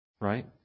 Right